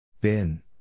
Bin